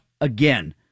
again